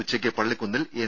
ഉച്ചയ്ക്ക് പള്ളിക്കുന്നിൽ എൻ